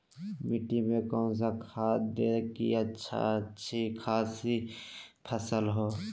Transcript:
मिट्टी में कौन सा खाद दे की अच्छी अच्छी खासी फसल हो?